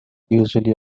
usually